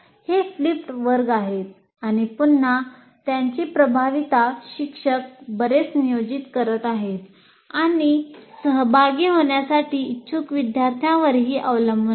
हे फ्लिप्ड वर्ग आहे आणि पुन्हा त्याची प्रभावीता शिक्षक बरेच नियोजन करत आहेत आणि सहभागी होण्यासाठी इच्छुक विद्यार्थ्यांवरही अवलंबून आहेत